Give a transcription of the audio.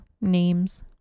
names